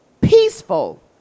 peaceful